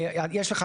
יש לך,